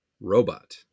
robot